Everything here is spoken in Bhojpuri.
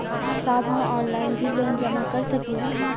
साहब हम ऑनलाइन भी लोन जमा कर सकीला?